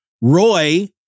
Roy